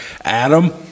Adam